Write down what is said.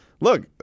look